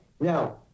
now